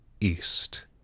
east